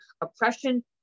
oppression